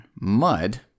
mud